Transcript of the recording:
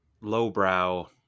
lowbrow